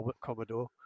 Commodore